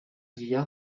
vieillard